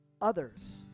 others